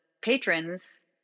patrons